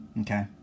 okay